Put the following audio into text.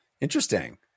Interesting